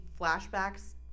flashbacks